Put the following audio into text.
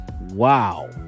Wow